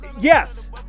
Yes